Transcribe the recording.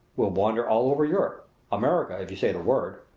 we'll wander all over europe america, if you say the word.